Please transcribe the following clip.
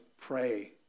pray